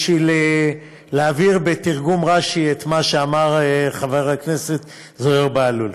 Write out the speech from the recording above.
בשביל להעביר בתרגום רש"י את מה שאמר חבר הכנסת זוהיר בהלול,